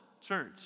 church